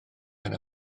yna